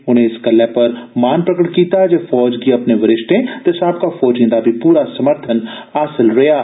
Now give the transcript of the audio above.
उन्ने इस गल्लै पर मान प्रगट कीता जे फौज गी अपने वरिष्टें ते साबका फौजियें दा बी पूरा समर्थन हासल रेहा